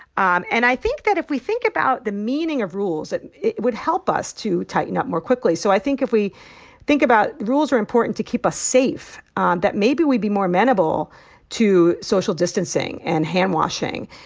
um and i think that if we think about the meaning of rules, and it would help us to tighten up more quickly so i think if we think about rules are important to keep us safe ah that maybe we'd be more amenable to social distancing and handwashing.